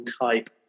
type